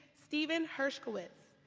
steven hershkowitz.